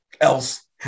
else